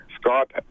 Scott